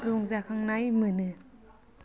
रंजाखांनाय मोनो